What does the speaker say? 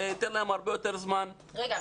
זה ייתן להם הרבה יותר זמן לעבוד,